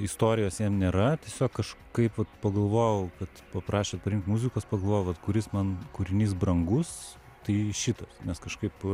istorijos jam nėra tiesiog kažkaip pagalvojau kad paprašėt parinkt muzikos pagalvojau vat kuris man kūrinys brangus tai šitas nes kažkaip